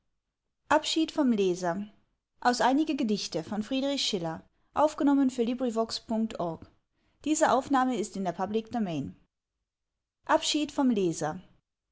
inhalt abschied vom